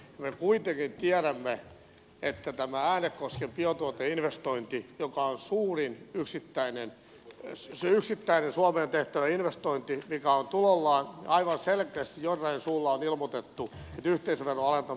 me kuitenkin tiedämme että kun tämä äänekosken biotuoteinvestointi on suurin yksittäinen suomeen tehtävä investointi mikä on tulollaan niin aivan selkeästi jollain suulla on ilmoitettu että yhteisöveron alentaminen on yksi keskeinen syy siihen